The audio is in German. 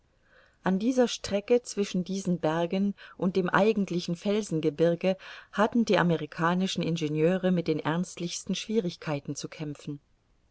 an dieser strecke zwischen diesen bergen und dem eigentlichen felsengebirge hatten die amerikanischen ingenieure mit den ernstlichsten schwierigkeiten zu kämpfen